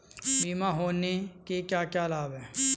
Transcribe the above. बीमा होने के क्या क्या लाभ हैं?